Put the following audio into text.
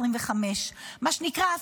מה שנקרא,